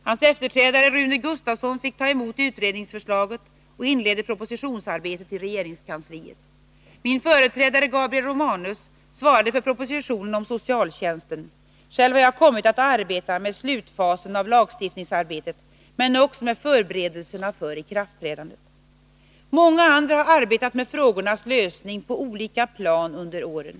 Hans efterträdare Rune Gustavsson fick ta emot utredningsförslaget och inledde propositionsarbetet i regeringskansliet. Min företrädare Gabriel Romanus svarade för propositionen om socialtjänsten. Själv har jag kommit att arbeta med slutfasen av lagstiftningsarbetet men också med förberedelserna inför ikraftträdandet. Många andra har arbetat med frågornas lösning på olika plan under åren.